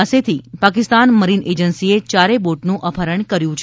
પાસેથી પાકિસ્તાન મરીન એજન્સીએ યારેથ બોટનું અપહરણ કર્યું છે